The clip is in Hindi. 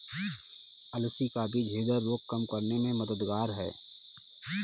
अलसी का बीज ह्रदय रोग कम करने में मददगार है